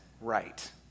right